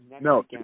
no